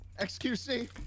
XQC